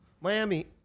miami